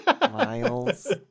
miles